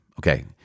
Okay